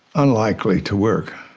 unlikely to work